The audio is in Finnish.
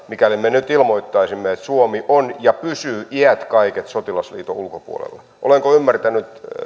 mikäli me nyt ilmoittaisimme että suomi on ja pysyy iät kaiket sotilasliiton ulkopuolella olenko ymmärtänyt